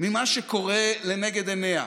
ממה שקורה לנגד עיניה.